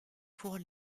pour